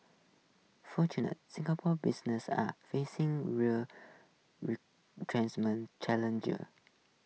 fortunate Singapore businesses are facing real challenger